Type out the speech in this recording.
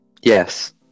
Yes